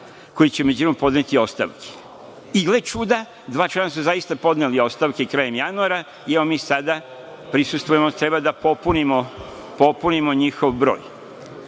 koji će u međuvremenu podneti ostavke. I, gle čuda dva člana su zaista podneli ostavke krajem januara i evo, mi sada prisustvujemo, treba da popunimo njihov